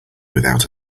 without